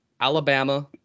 Alabama